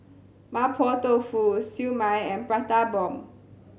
Mapo Tofu Siew Mai and Prata Bomb